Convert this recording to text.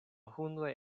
hundoj